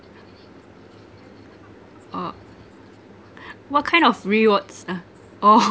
oh what kind of rewards uh oh